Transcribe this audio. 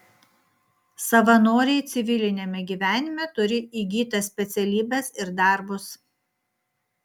savanoriai civiliniame gyvenime turi įgytas specialybes ir darbus